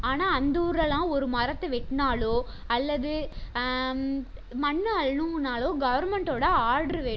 ஆனால் அந்த ஊர்லெல்லாம் ஒரு மரத்தை வெட்டினாலோ அல்லது மரத்தை அள்ளினாலோ கவர்மெண்ட்டோடய ஆர்டர் வேணும்